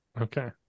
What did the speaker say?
Okay